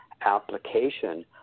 application